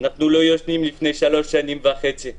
אנחנו כבר שלוש וחצי שנים לא ישנים.